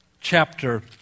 chapter